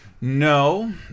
No